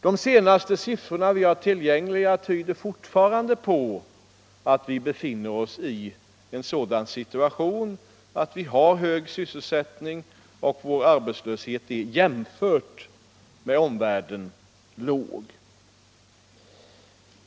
De senaste siffrorna vi har tillgängliga tyder fortfarande på att vi befinner oss i en sådan situation att vi har hög sysselsättning, och vår arbetslöshet är jämförd med omvärldens låg.